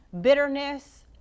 bitterness